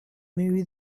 maybe